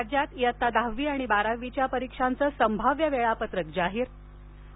राज्यात इयत्ता दहावी आणि बारावीच्या परीक्षांचं संभाव्य वेळापत्रक जाहीर आणि